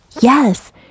Yes